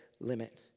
limit